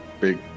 big